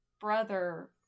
brother